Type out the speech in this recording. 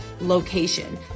location